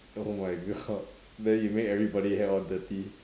oh my god then you make everybody hair all dirty